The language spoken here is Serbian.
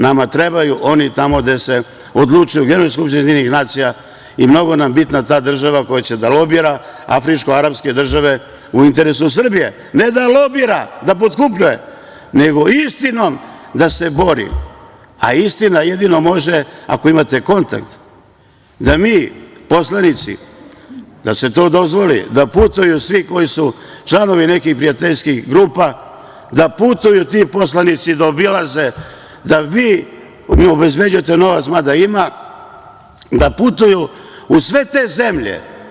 Nama trebaju oni tamo gde se odlučuje u Generalnoj skupštini UN i mnogo nam je bitna ta država koja će da lobira afričko-arapske države u interesu Srbije, a ne da lobira da potkupljuje, nego istinom da se bori, a istina jedino može ako imate kontakt, da putuju svi koji su članovi nekih prijateljskih grupa, da putuju ti poslanici, da obilaze, da vi obezbeđujete novac, mada ima, da putuju u sve te zemlje.